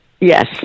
Yes